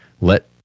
let